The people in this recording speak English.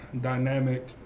dynamic